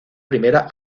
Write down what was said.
primera